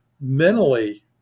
mentally